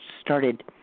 started